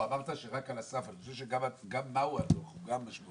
אמרת שרק על הסף ואני חושב שגם מה הוא הדוח זה משמעותי.